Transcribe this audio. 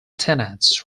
tenants